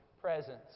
Presence